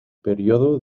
período